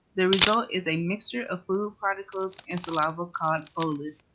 the result is a mixture of food particles and saliva called bolus.